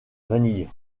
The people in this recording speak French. vanille